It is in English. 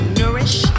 nourish